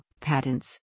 patents